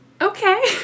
Okay